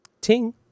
Ting